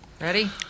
Ready